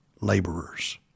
laborers